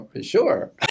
Sure